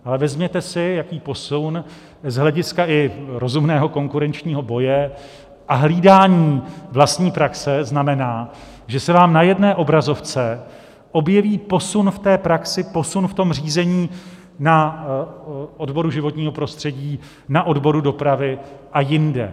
Ale vezměte si, jaký posun z hlediska i rozumného konkurenčního boje a hlídání vlastní praxe znamená, že se vám na jedné obrazovce objeví posun v té praxi, posun v řízení na odboru životního prostředí, na odboru dopravy a jinde.